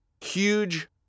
huge